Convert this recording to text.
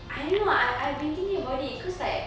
I don't know I I've been thinking about it cause like